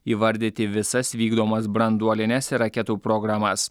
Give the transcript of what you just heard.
įvardyti visas vykdomas branduolines ir raketų programas